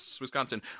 Wisconsin